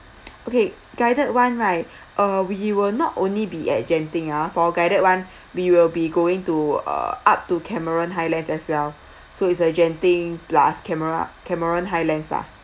okay guided one right uh we will not only be at genting ah for guided one we will be going to uh up to cameron highlands as well so it's a genting plus camero~ cameron highlands ah